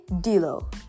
D'Lo